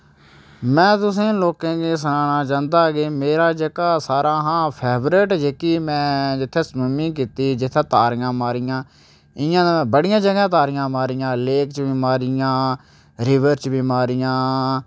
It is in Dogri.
में तुसें लोकेंई सनाना चाह्न्नां कि मेरा जेह्का सारा हा फेवरिट जेह्की में जित्थै स्मिमिंग कीती जित्थै तारियां मारियां इ'यां गै बड़ियें जगहें तारियां मारियां लेक च बी मारियां रिवर च बी मारियां